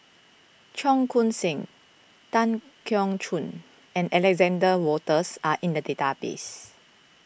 Cheong Koon Seng Tan Keong Choon and Alexander Wolters are in the database